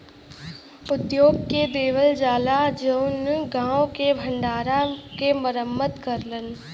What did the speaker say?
उद्योग के देवल जाला जउन गांव के भण्डारा के मरम्मत करलन